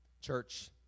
Church